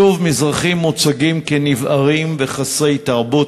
שוב מוצגים מזרחים כנבערים וחסרי תרבות.